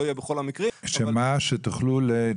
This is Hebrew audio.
יהיה בכל המקרים --- של מה שתוכלו לבטל?